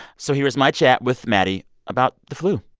so here's my chat with maddie about the flu